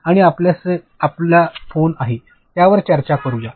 आणि आपल्याशी आमचा फोन आहे यावर चर्चा करूया